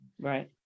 Right